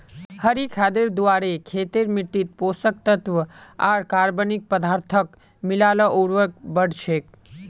हरी खादेर द्वारे खेतेर मिट्टित पोषक तत्त्व आर कार्बनिक पदार्थक मिला ल उर्वरता बढ़ छेक